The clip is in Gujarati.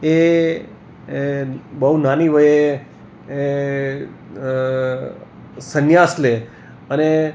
એ બહું નાની વયે સંન્યાસ લે અને